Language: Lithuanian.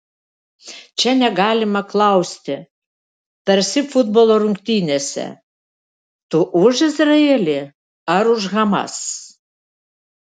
čia negalima klausti tarsi futbolo rungtynėse tu už izraelį ar už hamas